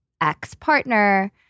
ex-partner